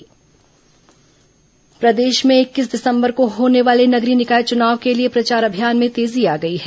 मुख्यमंत्री road show प्रदेश में इक्कीस दिसंबर को होने वाले नगरीय निकाय चुनाव के लिए प्रचार अभियान में तेजी आ गई है